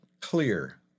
clear